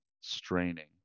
straining